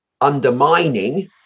undermining